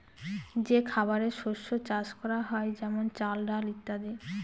যে খাবারের শস্য চাষ করা হয় যেমন চাল, ডাল ইত্যাদি